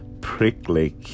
prickly